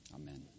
Amen